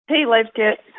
hey, life kit.